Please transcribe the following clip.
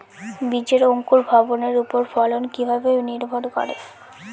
বীজের অঙ্কুর ভবনের ওপর ফলন কিভাবে নির্ভর করে?